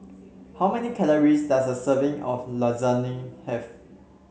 how many calories does a serving of Lasagne have